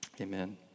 Amen